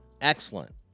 excellent